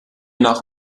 nach